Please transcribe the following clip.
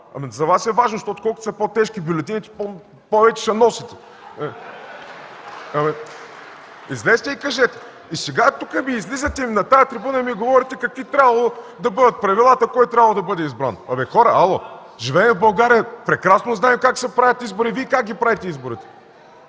За Вас е важна, защото колкото са по-тежки бюлетините, повече се носят. (Ръкопляскания от „Атака”.) Излезте и кажете! И сега излизате на тази трибуна и ни говорите какви трябвало да бъдат правилата, кой трябвало да бъде избран. Абе хора, ало, живеем в България – прекрасно знаем как се правят избори, и Вие как ги правехте изборите!